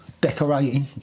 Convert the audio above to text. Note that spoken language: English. decorating